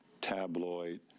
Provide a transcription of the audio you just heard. tabloid